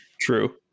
True